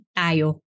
tayo